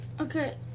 okay